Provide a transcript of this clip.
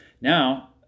Now